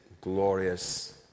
glorious